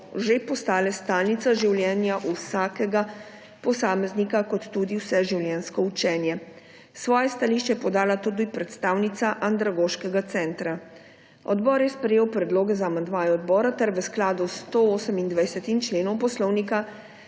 že postale stalnica življenja vsakega posameznika, kot tudi vseživljenjsko učenje. Svoje stališče je podala tudi predstavnica Andragoškega centra. Odbor je sprejel predloge za amandmaje odbora ter v skladu s 128. členom Poslovnika